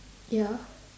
ya